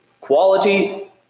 quality